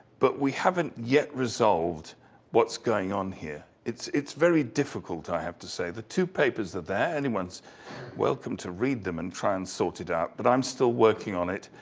but we haven't yet resolved what's going on here. it's it's very difficult, i have to say, the two papers are there. anyone's welcome to read them and try and sort it out, but i'm still working on it.